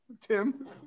tim